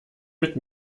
mit